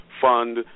fund